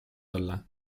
olla